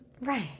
Right